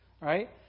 right